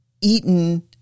eaten